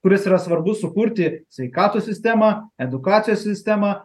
kuris yra svarbus sukurti sveikatos sistemą edukacijos sistemą